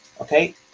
Okay